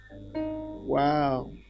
Wow